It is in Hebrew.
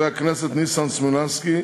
חברי הכנסת ניסן סלומינסקי,